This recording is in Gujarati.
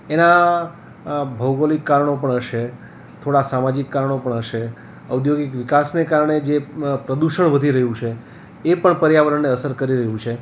એના ભૌગોલીક કારણો પણ હશે થોડા સામાજિક કારણો પણ હશે ઔધોગિક વિકાસને કારણે જે પ્રદૂષણ વધી રહ્યું છે એ પણ પર્યાવરણને અસર કરી રહ્યું છે